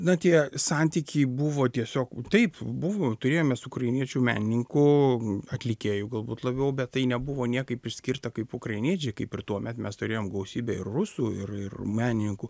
na tie santykiai buvo tiesiog taip buvo turėjom mes ukrainiečių menininkų atlikėjų galbūt labiau bet tai nebuvo niekaip išskirta kaip ukrainiečiai kaip ir tuomet mes turėjom gausybę rusų ir ir menininkų